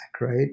right